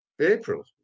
April